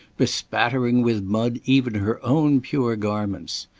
bespattering with mud even her own pure garments.